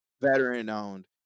veteran-owned